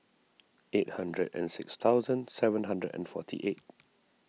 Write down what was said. eight hundred and six thousand seven hundred and forty eight